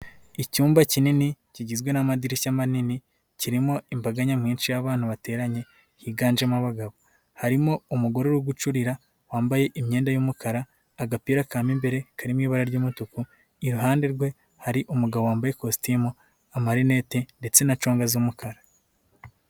Icyumba kinini kigizwe n'amadirishya manini kirimo imbaga nyamwinshi y'abantu bateranye higanjemo abagabo, harimo umugore uri gucurira wambaye imyenda y'umukara, agapira ka mo imbere karimo ibara ry'umutuku, iruhande rwe hari umugabo wambaye ikositimu, amarinete ndetse na conga z'umukara.